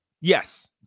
yes